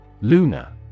Luna